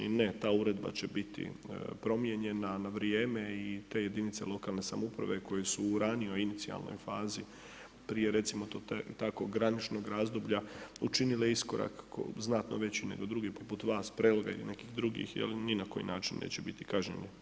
Ne, ta uredba će biti promijenjena, na vrijeme i te jedinice lokalne samouprave koje su ranijoj inicijalnoj fazi, prije recimo to tako graničnog razdoblja, učinile iskorak znatno veći nego drugi poput vas Preloga ili nekih drugih, je li, ni na koji način neće biti kažnjen.